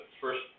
first